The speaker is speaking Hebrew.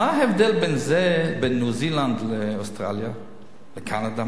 מה ההבדל בין זה לניו-זילנד, אוסטרליה וקנדה?